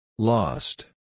Lost